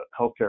Healthcare